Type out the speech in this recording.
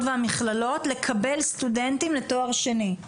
והמכללות לקבל סטודנטים לתואר שני?